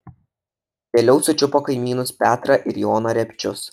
vėliau sučiupo kaimynus petrą ir joną repčius